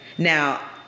Now